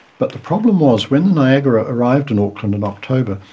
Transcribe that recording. but the problem was when the niagara arrived in auckland in october,